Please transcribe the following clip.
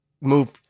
move